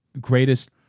greatest